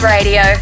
Radio